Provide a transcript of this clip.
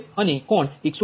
6 degree મળશે